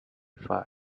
five